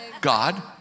God